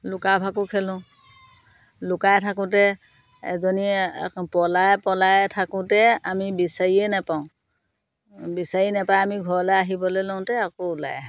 লুকা ভাকু খেলোঁ লুকাই থাকোঁতে এজনীয়ে পলাই পলাই থাকোঁতে আমি বিচাৰিয়ে নেপাওঁ বিচাৰি নেপাই আমি ঘৰলে আহিবলৈ লওঁতে আকৌ ওলাই আহে